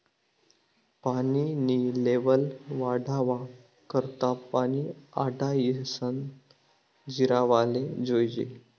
पानी नी लेव्हल वाढावा करता पानी आडायीसन जिरावाले जोयजे